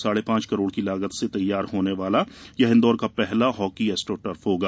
साढ़े पाँच करोड़ की लागत से तैयार होने वाला यह इंदौर का पहला हॉकी एस्ट्रोटर्फ होगा